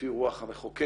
לפי רוח המחוקק.